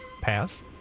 Pass